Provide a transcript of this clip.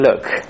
look